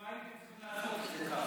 לא הייתם צריכים לעשות את זה ככה.